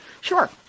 Sure